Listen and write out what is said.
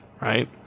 right